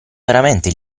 veramente